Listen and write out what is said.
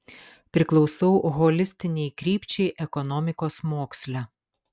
priklausau holistinei krypčiai ekonomikos moksle